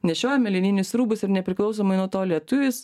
nešiojome lininius rūbus ir nepriklausomai nuo to lietuvis